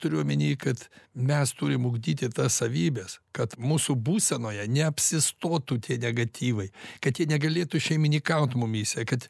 turiu omeny kad mes turim ugdyti tas savybes kad mūsų būsenoje neapsistotų tie negatyvai kad jie negalėtų šeimininkauti mumyse kad